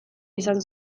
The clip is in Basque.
izan